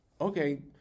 Okay